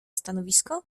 stanowisko